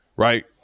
Right